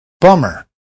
Bummer